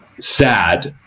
sad